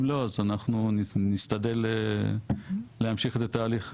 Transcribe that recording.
אם לא, אנחנו נשתדל להמשיך את התהליך.